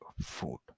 food